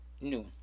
new